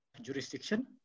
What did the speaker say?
jurisdiction